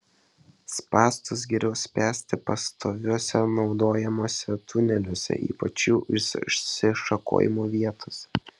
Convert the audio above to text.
spąstus geriau spęsti pastoviuose naudojamuose tuneliuose ypač jų išsišakojimų vietose